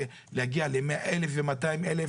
ולהגיע ל-100,000 ול-200,000,